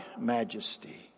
majesty